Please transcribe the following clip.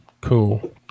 Cool